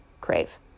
crave